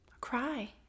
Cry